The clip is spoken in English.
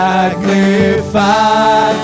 Magnify